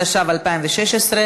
התשע"ו 2016,